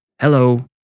Hello